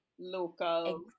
local